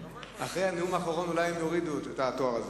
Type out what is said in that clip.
אחרי הנאום האחרון אולי הם יורידו את התואר הזה.